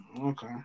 Okay